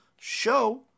show